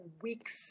weeks